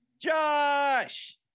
Josh